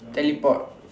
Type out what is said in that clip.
teleport